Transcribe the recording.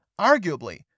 arguably